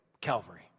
Calvary